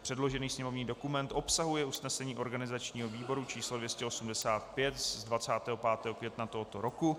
Předložený sněmovní dokument obsahuje usnesení organizačního výboru číslo 285 z 25. května tohoto roku.